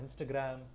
Instagram